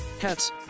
hats